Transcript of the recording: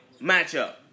matchup